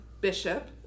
bishop